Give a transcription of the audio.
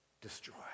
destroy